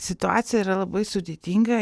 situacija yra labai sudėtinga